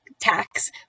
tax